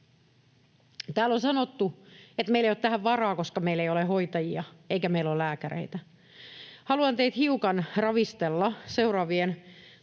Täällä on sanottu, että meillä ei ole tähän varaa, koska meillä ei ole hoitajia eikä meillä ole lääkäreitä. Haluan teitä hiukan ravistella seuraavien tosiasioiden